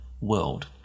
world